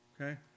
Okay